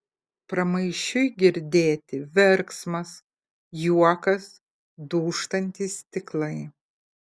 pramaišiui girdėti verksmas juokas dūžtantys stiklai